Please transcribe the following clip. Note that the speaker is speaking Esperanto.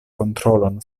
kontrolon